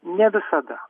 ne visada